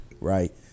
Right